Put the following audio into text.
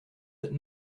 that